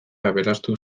aberastu